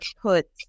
put